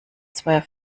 zweier